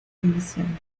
división